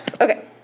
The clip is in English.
Okay